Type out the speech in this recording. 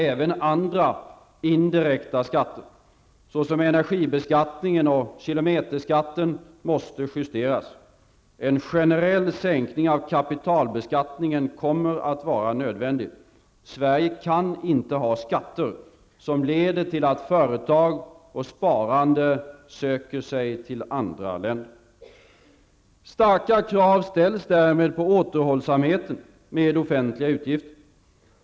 Även andra indirekta skatter, såsom energibeskattningen och kilometerskatten, måste justeras. En generell sänkning av kapitalbeskattningen kommer att vara nödvändig. Sverige kan inte ha skatter som leder till att företag och sparande söker sig till andra länder. Starka krav ställs därmed på återhållsamhet med offentliga utgifter.